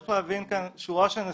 צריך להביא כאן שורה של נסיבות.